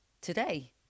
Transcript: today